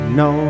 no